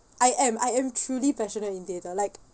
I am I am truly passionate in theatre like